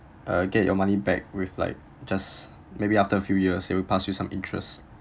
uh get your money back with like just maybe after a few years they will pass you some interest